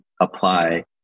apply